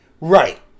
Right